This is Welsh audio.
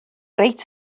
reit